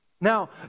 Now